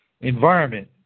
environment